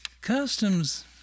customs